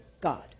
God